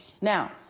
Now